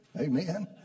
Amen